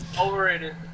Overrated